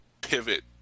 pivot